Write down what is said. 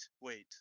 wait